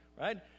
right